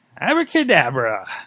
Abracadabra